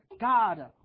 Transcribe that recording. God